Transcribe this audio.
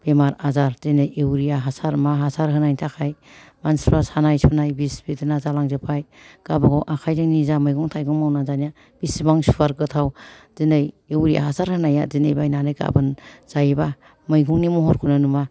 बेमार आजार दिनै इउरिया हासार मा हासार होनायनि थाखाय मानसिफ्रा सानाय सुनाय बिस बेदेना जालांजोबबाय गावबा गाव आखाइजोंनो जा मैगं थाइं मावनानै जानाया बिसिबां सुवार गोथाव दिनै इउरिया हासार होनाया दिनै बायनानै गाबोन जायोबा मैगंनि महरखौनो नुवा